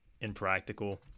impractical